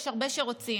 יש הרבה שרוצים,